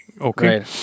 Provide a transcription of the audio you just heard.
Okay